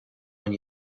when